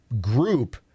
group